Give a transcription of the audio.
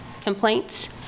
complaints